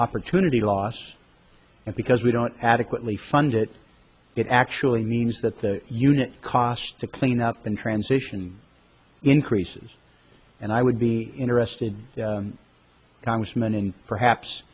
opportunity loss and because we don't adequately fund it it actually means that the unit cost to clean up and transition increases and i would be interested congressman and